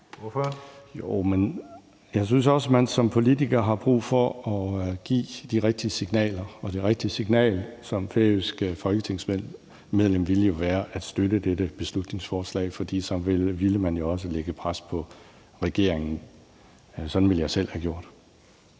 (DF): Jeg synes også, at man som politiker har brug for at give de rigtige signaler, og det rigtige signal fra det færøske folketingsmedlem ville jo være at støtte dette beslutningsforslag, for så ville man også lægge pres på regeringen. Sådan ville jeg selv have gjort.